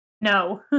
No